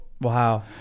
Wow